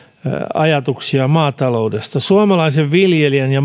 ajatuksia maataloudesta suomalaisen viljelijän ja maatalouden